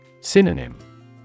Synonym